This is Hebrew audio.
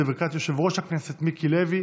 בברכת יושב-ראש הכנסת מיקי לוי,